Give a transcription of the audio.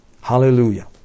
Hallelujah